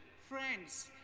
friends,